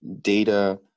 data